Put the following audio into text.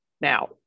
now